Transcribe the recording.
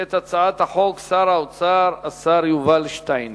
את הצעת החוק שר האוצר, השר יובל שטייניץ.